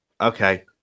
okay